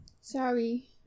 Sorry